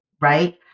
right